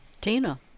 Tina